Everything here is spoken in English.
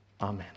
Amen